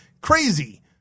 crazy